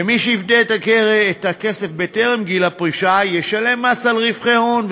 ומי שיפדה את הכסף בטרם גיל הפרישה ישלם מס על רווחי הון,